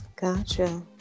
gotcha